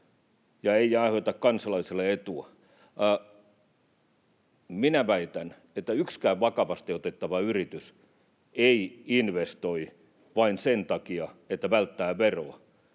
ja ei aiheuta kansalaisille etua. Minä väitän, että yksikään vakavasti otettava yritys ei investoi vain sen takia, että välttää veroa.